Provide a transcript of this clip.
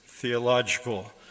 theological